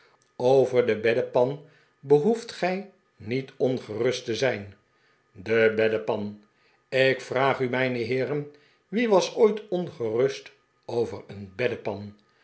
over de beddepan behoeft gij niet ongerust te zijn de beddepan ik vraag u mijne heeren wie was ooit ongerust over een beddepan